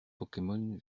pokemon